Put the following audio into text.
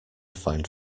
find